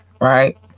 right